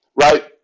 right